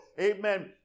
Amen